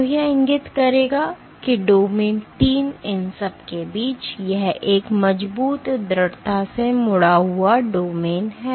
तो यह इंगित करेगा कि डोमेन 3 इन सब के बीच यह एक मजबूत दृढ़ता से मुड़ा हुआ डोमेन है